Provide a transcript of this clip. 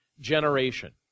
generation